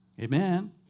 Amen